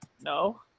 No